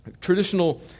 traditional